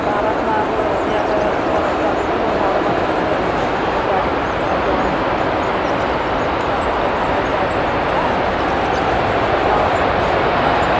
भारतमा अब यातायात पाउनु त अब ठुलो सहरमा त्यस्तै अब ठुलो ठुलो गाडीहरू हुन्छ बसहरू ट्रेनहरू अन्त हवाईजहाजहरू हुन्छ अब गाउँमा त त्यस्तो हुन्न